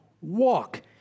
walk